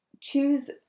Choose